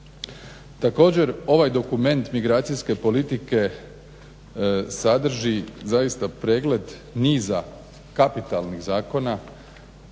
Također ovaj dokument migracijske politike sadrži zaista pregled niza kapitalnih zakona